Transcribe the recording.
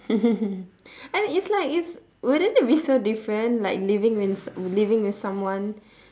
I think it's like wouldn't it be so different like living with s~ living with someone